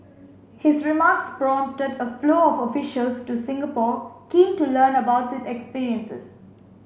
his remarks prompted a flow of officials to Singapore keen to learn about its experiences